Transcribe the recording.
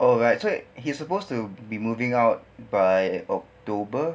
alright so he's supposed to be moving out by october